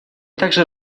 также